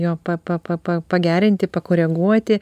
jo papa pa pa pagerinti pakoreguoti